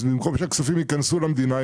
במקום שהכספים ייכנסו למדינה,